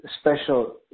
special